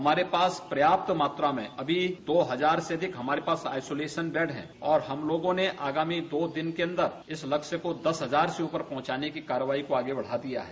हमारे पास पर्याप्त मात्रा में अभी दो हजार से अधिक हमारे पास आईसोलेशन बेड हैं और हम लोगों ने आगामी दो दिन के अंदर इस लक्ष्य को दस हजार से ऊपर पहुंचाने की कार्रवाई को आगे बढ़ा दिया है